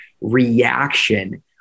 reaction